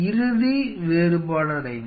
இறுதி வேறுபாடடைந்த